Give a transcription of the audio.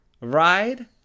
ride